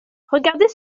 regardez